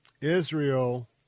Israel